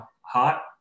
hot